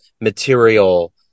material